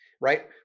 right